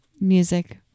music